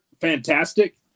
fantastic